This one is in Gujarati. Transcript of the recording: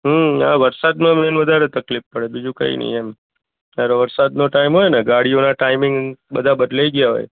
હં આ વરસાદમાં મેઇન વધારે તકલીફ પડે બીજું કંઇ નહીં એમ જ્યારે વરસાદનો ટાઈમ હોયને ગાડીઓનાં ટાઈમિંગ બધાં બદલાઈ ગયાં હોય